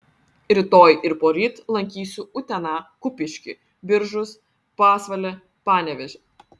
rytoj ir poryt lankysiu uteną kupiškį biržus pasvalį panevėžį